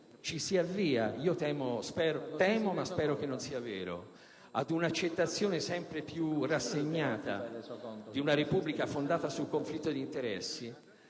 ci si avvia - io temo, ma spero che non sia vero - ad un'accettazione sempre più rassegnata di una Repubblica fondata sul conflitto di interessi,